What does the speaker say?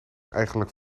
eigenlijk